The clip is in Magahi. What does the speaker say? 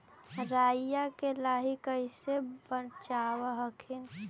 राईया के लाहि कैसे बचाब हखिन?